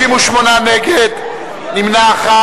58 נגד, נמנע אחד.